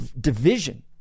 division